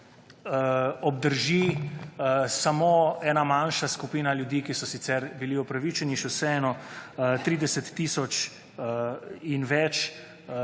obdrži samo ena manjša skupina ljudi, ki so sicer bili upravičeni, še vseeno 30 tisoč in več